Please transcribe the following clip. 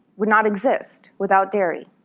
wouldn't exist without dairy.